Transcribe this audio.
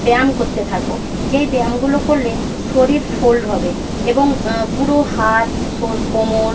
ব্যায়াম করতে থাকো যেই ব্যায়ামগুলো করলে শরীর ফোল্ড হবে এবং পুরো হাত শোর কোমর